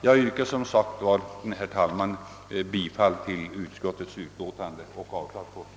Jag yrkar som sagt bifall till utskottets hemställan.